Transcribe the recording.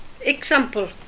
example